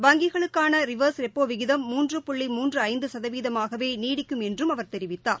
வங்கிகளுக்கானரிவா்ஸ் ரெப்போவிகிதம் மூன்று புள்ளி மூன்றுஐந்தசதவீதமாகவேநீடிக்கும் என்றும் அவர் தெரிவித்தார்